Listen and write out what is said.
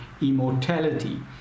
immortality